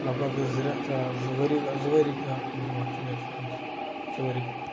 لگ بگ زٕ رٮ۪تھ زٕ ؤری زٕ ؤری برٛونٛٹھ چھُ مےٚ اٮ۪کٕسپیٖرینٕس زٕ ؤری پٮ۪ٹھ